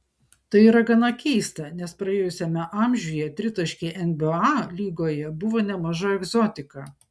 tai yra gana keista nes praėjusiame amžiuje tritaškiai nba lygoje buvo nemaža egzotika